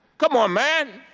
come on man.